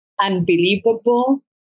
Unbelievable